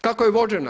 Kako je vođena?